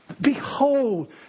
Behold